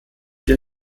der